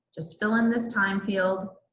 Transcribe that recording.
just fill in this time field,